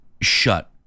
shut